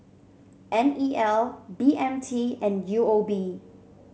N E L B M T and U O B